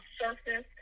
surface